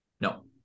No